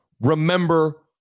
remember